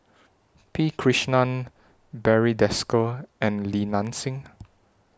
P Krishnan Barry Desker and Li Nanxing